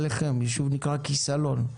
הישוב כסלון.